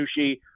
sushi